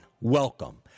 Welcome